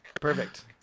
Perfect